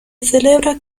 celebra